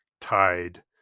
tide